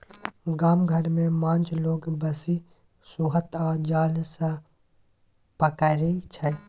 गाम घर मे माछ लोक बंशी, सोहथ आ जाल सँ पकरै छै